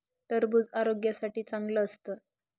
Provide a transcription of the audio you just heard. टरबूज आरोग्यासाठी चांगलं असतं